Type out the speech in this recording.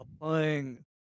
applying